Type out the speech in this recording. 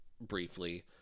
briefly